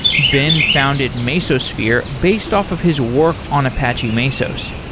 ben founded mesosphere based off of his work on apache mesos,